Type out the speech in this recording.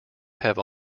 have